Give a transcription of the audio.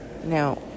Now